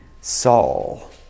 Saul